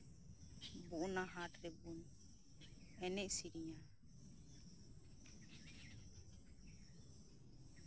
ᱚᱱᱟ ᱦᱟᱴ ᱨᱮᱵᱚᱱ ᱮᱱᱮᱡ ᱥᱮᱨᱮᱧᱟ